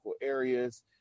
areas